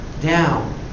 down